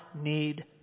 need